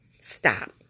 stop